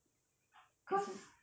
as in